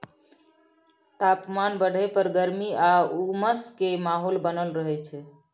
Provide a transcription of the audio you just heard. तापमान बढ़य पर गर्मी आ उमस के माहौल बनल रहय छइ